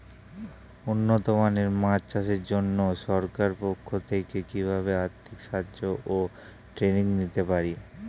উন্নত মানের মাছ চাষের জন্য সরকার পক্ষ থেকে কিভাবে আর্থিক সাহায্য ও ট্রেনিং পেতে পারি?